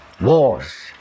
wars